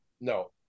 no